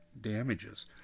damages